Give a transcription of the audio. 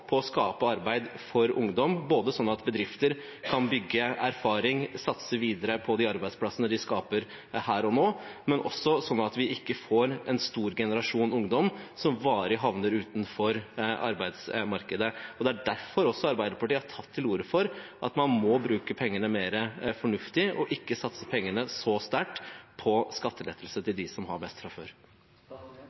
på å skape arbeid for ungdom slik at bedrifter kan bygge erfaring, satse videre på de arbeidsplassene de skaper her og nå, og slik at vi ikke får en stor generasjon ungdom som varig havner utenfor arbeidsmarkedet. Det er derfor også Arbeiderpartiet har tatt til orde for at man må bruke pengene mer fornuftig, og ikke satse pengene så sterkt på skattelettelse til dem som har mest fra før.